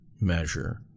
measure